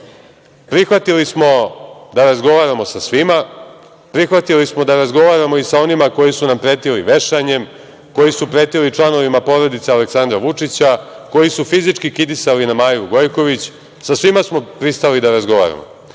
Prihvatili smo da razgovaramo sa svima, prihvatili smo da razgovaramo i sa onima koji su nam pretili vešanjem, koji su pretili članovima porodice Aleksandra Vučića, koji su fizički kidisali na Maju Gojković, sa svima smo pristali da razgovaramo. Pristali